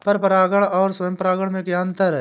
पर परागण और स्वयं परागण में क्या अंतर है?